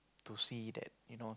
to see that you know